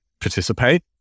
participate